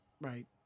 Right